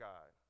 God